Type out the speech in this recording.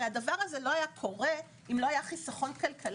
הרי הדבר הזה לא היה קורה אם לא היה חיסכון כלכלי.